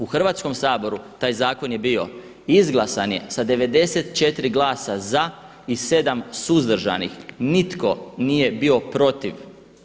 U Hrvatskom saboru taj zakon je bio izglasan je sa 94 glasa za i 7 suzdržanih, nitko nije bio protiv.